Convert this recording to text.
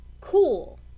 cool